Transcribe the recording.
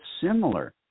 similar